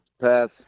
Pass